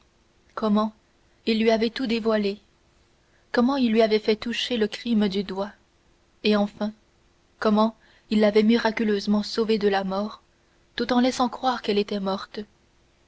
comment il lui avait tout dévoilé comment il lui avait fait toucher le crime du doigt et enfin comment il l'avait miraculeusement sauvée de la mort tout en laissant croire qu'elle était morte